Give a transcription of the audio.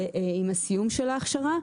עם הסיום של ההכשרה,